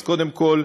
אז קודם כול,